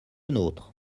nôtre